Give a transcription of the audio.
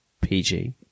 pg